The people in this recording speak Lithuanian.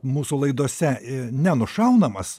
mūsų laidose i nenušaunamas